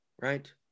Right